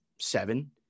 seven